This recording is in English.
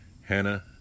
Hannah